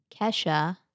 Kesha